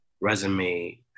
resume